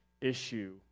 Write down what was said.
issue